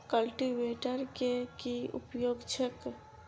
Cultivator केँ की उपयोग छैक?